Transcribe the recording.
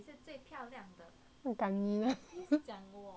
kanina